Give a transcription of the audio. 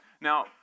Now